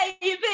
baby